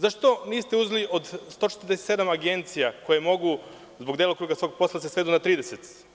Zašto niste uzeli od 147 agencija koje mogu, zbog delokruga svog posla, da se svedu na 30?